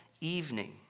evening